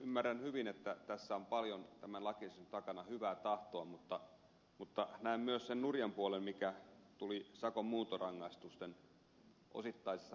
ymmärrän hyvin että tämän lakiesityksen takana on paljon hyvää tahtoa mutta näen myös sen nurjan puolen mikä tuli sakon muuntorangaistusten osittaisessa poistamisessa